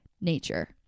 nature